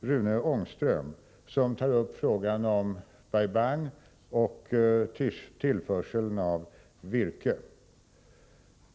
Rune Ångström, som tar upp frågan om Bai Bang och tillförseln av virke.